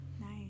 nice